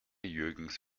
jürgens